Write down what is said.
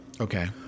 Okay